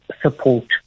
support